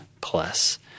plus